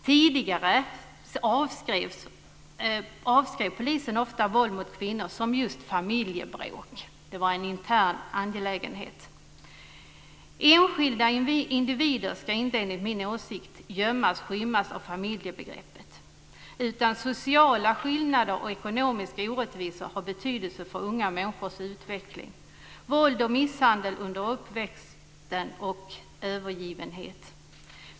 Tidigare avskrev polisen ofta våld mot kvinnor just som familjebråk; det var en intern angelägenhet. Enligt min åsikt ska inte enskilda individer gömmas under eller skymmas av familjebegreppet. Sociala skillnader och ekonomiska orättvisor har betydelse för unga människors utveckling. Detsamma gäller våld och misshandel och övergivenhet under uppväxten.